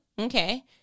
Okay